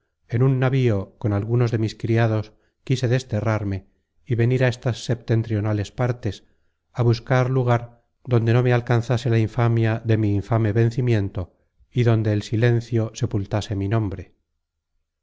en un navío con algunos de mis criados quise desterrarme y venir á estas septentrionales partes á buscar lugar donde no me alcanzase la infamia de mi infame vencimiento y donde el silencio sepultase mi nombre